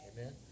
Amen